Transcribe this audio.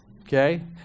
Okay